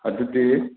ꯑꯗꯨꯗꯤ